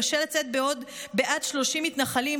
קשה לצאת בעד 30 מתנחלים,